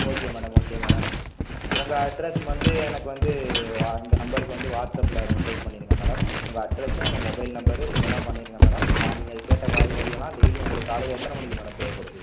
okay madam okay madam உங்கள் address வந்து எனக்கு வந்து வா இந்த நம்பருக்கு வந்து வாட்ஸப்பில் மெசேஜ் பண்ணிடுங்க மேடம் உங்கள் அட்ரெஸ்ஸும் உங்கள் மொபைல் நம்பரு இதெல்லாம் பண்ணிவிடுங்க மேடம் நான் நீங்கள் கேட்ட காய்கறியெல்லாம் டெய்லியும் உங்களுக்கு காலையில் எத்தனை மணிக்கு மேடம் தேவைப்படுது